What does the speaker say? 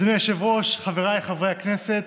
אדוני היושב-ראש, חבריי חברי הכנסת,